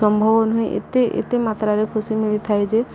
ସମ୍ଭବ ନୁହେଁ ଏତେ ଏତେ ମାତ୍ରାରେ ଖୁସି ମିଳି ଥାଏ ଯେ